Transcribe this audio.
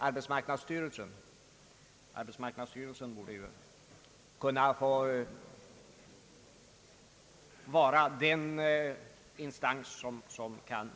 Arbetsmarknadsstyrelsen borde vara den instans som begriper detta.